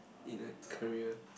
you know career